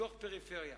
פיתוח הפריפריה,